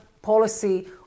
policy